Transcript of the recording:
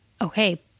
okay